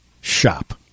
shop